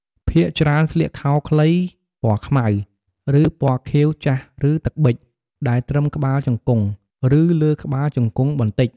ភាគច្រើនស្លៀកខោខ្លី ពណ៌ខ្មៅ ឬពណ៌ខៀវចាស់ឬ ទឹកប៊ិច ដែលត្រឹមក្បាលជង្គង់ ឬលើក្បាលជង្គង់បន្តិច។